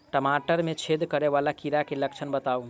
टमाटर मे छेद करै वला कीड़ा केँ लक्षण बताउ?